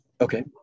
Okay